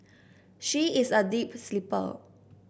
she is a deep sleeper